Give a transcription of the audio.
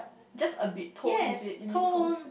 just abit tone is it you mean tone